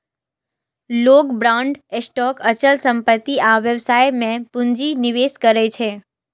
लोग bond, stock, अचल संपत्ति आ व्यवसाय मे पूंजी निवेश करै छै